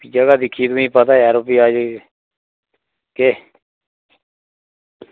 जगह दिक्खी मिगी पता चाचु यरो केह्